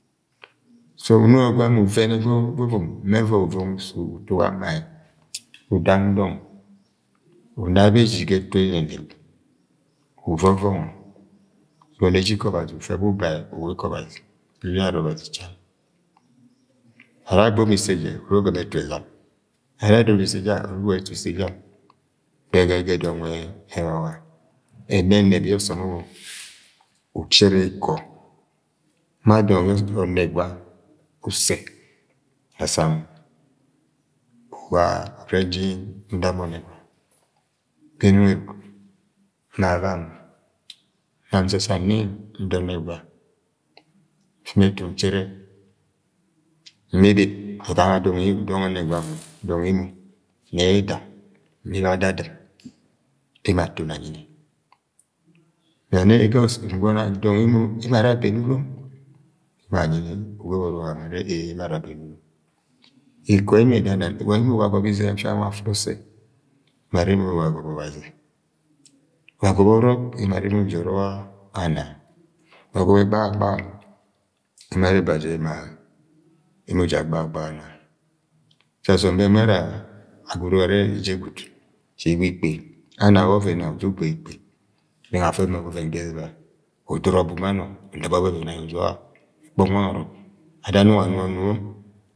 mẹ ẹvọi uvọngọ uso utuk ama-iẹ udang dọng una beji ga ẹtu ẹnẹnẹb uvọvọngọ ẹgọnọ eje ikọ Ọbazi ufe wẹ ubai uula ikọ Ọbazi uyara Obazi choum, ara abo ga isẹ jẹ uru gɨma ẹtu ẹzam ara awa ise ja uru udọb ẹtọ isẹ ja gbẹga ege dọng nwẹ ẹwa wa ẹnẹnẹb yẹ osom u-u- uchẹre ikọ ma dong-u- onegwa usẹ da sam uwa umẹ nji nda mọ ọnẹgwa gbenung eruk na bam, nam nsa sang nẹ nda ọnẹgwa m fi mi ẹtu nchẹrẹ mbibib ebanga dong em- dong ọnẹgwa nwẹ dong emo n-nẹ ẹda mbi ba adadɨm emo aton anyi ni dọng emo, emo ara beni urom emo anyi ni ugob orok am emo are-e-e emo ara beni urom. Ikọ emo ẹdana emo wa agọbẹ izẹm fiang wa afẹ osẹ? emo arẹ emo wa agọbẹ Ọbazi wa agọbẹ ọrọk? emo are emo ja ọrọk a-a na wa agọbẹ gbahagbaha? emo are bajẹ ma- emo ja gbahagbaha ana eje gwud je gi ikpe ana wẹ ọvẹn nang uju bo yẹ ikpe bẹng afẹ ma ọvẹn ga ẹziba udura ọbu ma nọ unɨba ọvẹvẹn ayọ ujọga ekpọng wangẹ ọrọk iether nung anu ọnu ọ-ọ.